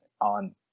on